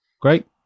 great